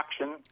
action